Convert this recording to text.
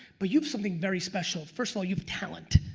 but you have something very special first of all you have talent,